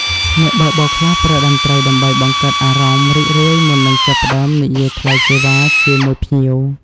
អ្នកបើកបរខ្លះប្រើតន្ត្រីដើម្បីបង្កើតអារម្មណ៍រីករាយមុននឹងចាប់ផ្តើមនិយាយថ្លៃសេវាជាមួយភ្ញៀវ។